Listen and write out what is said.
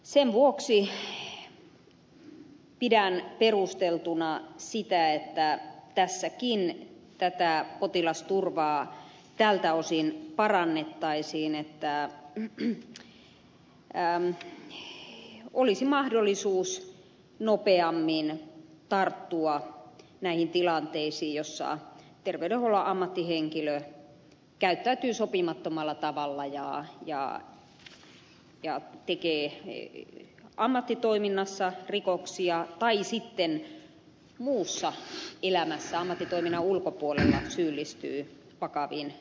sen vuoksi pidän perusteltuna sitä että tässäkin potilasturvaa tältä osin parannettaisiin että olisi mahdollisuus nopeammin tarttua näihin tilanteisiin joissa terveydenhuollon ammattihenkilö käyttäytyy sopimattomalla tavalla ja tekee ammattitoiminnassa rikoksia tai sitten muussa elämässään ammattitoiminnan ulkopuolella syyllistyy vakaviin rikoksiin